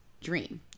dream